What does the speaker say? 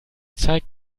zeig